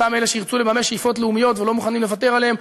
אותם אלה שירצו לממש שאיפות לאומיות ולא מוכנים לוותר עליהן,